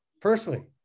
personally